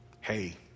Hey